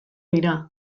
dira